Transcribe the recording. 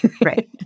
Right